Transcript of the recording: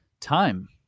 time